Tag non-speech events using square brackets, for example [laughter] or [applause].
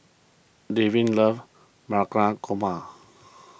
Delvin [noise] loves [unintelligible] Korma